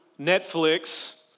Netflix